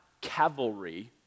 cavalry